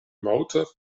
motor